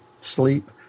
sleep